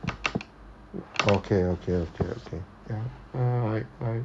okay okay okay okay ya alright right